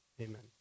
amen